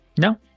No